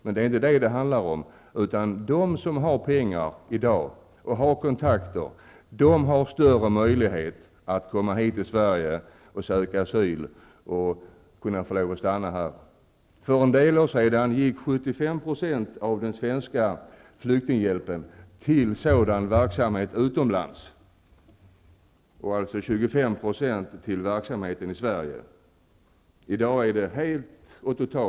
Men det är inte detta det handlar om, utan det handlar om att de som har pengar i dag har större möjlighet att komma hit till Sverige, söka asyl och få lov att stanna här. För en del år sedan gick 75 % av den svenska flyktinghjälpen till verksamhet utomlands och alltså 25 % till verksamheten i Sverige. I dag är det helt tvärtom.